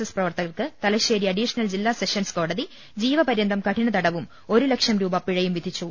S പ്രവർത്തകർക്ക് Thalassery additional ജില്ലാ sessions കോടതി ജീവപര്യന്തം കഠിനതടവും ഒരു ലക്ഷം രൂപ പിഴയും വിധിച്ചു